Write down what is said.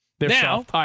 Now